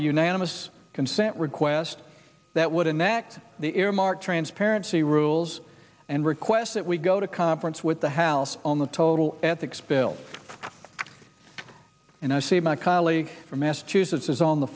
a unanimous consent request that would enact the earmark transparency rules and requests that we go to conference with the house on the total ethics bill and i see my colleague from massachusetts is on the